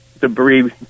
debris